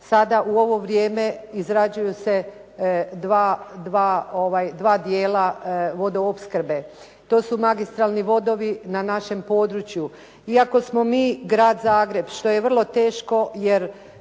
sada u ovo vrijeme izrađuju se dva dijela vodoopskrbe. To su magistralni vodovi na našem području. Iako smo mi grad Zagreb što je vrlo teško jer